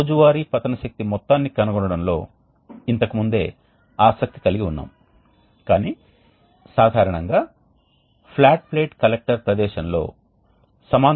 regenerator అంటే ఉష్ణ బదిలీ పరోక్షంగా ఉండే ఒక రకమైన హీట్ ఎక్స్ఛేంజర్ అంటే 2 ద్రవ ప్రవాహాలు ఒకదానితో ఒకటి కలవడం లేదు కానీ అవి నిరంతరంగా ఒక విధమైన ఘన అవరోధం అంతటా వేడిని మార్పిడి చేయడం లేదు రీజెనరేటర్ యొక్క పని సూత్రం ఏమని చెబుతుంది